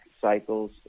cycles